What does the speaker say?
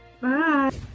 bye